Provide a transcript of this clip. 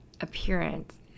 appearance